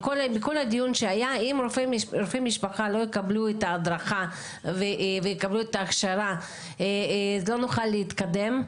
אם רופאי משפחה לא יקבלו הדרכה והכשרה לא נוכל להתקדם.